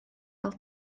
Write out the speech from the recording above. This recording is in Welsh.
gael